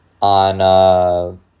On